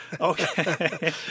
Okay